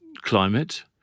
climate